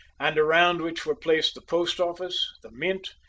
and around which were placed the post-office, the mint,